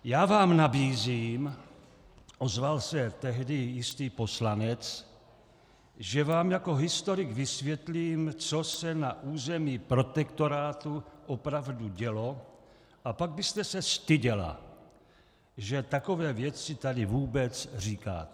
Já vám nabízím, ozval se tehdy jistý poslanec, že vám jako historik vysvětlím, co se na území protektorátu opravdu dělo, a pak byste se styděla, že takové věci tady vůbec říkáte.